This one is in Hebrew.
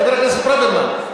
חבר הכנסת ברוורמן,